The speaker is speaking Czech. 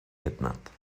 jednat